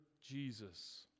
Jesus